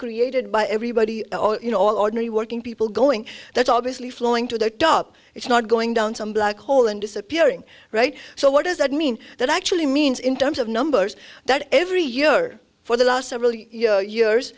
created by everybody you know ordinary working people going that's obviously flowing to the top it's not going down some black hole and disappearing right so what does that mean that actually means in terms of numbers that every year for the last several years